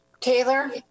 Taylor